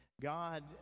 god